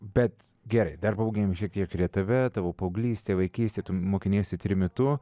bet gerai dar pabūkim šiek tiek rietave tavo paauglystė vaikystė tu mokiniesi trimitu